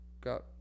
got